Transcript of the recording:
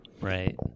Right